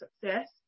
success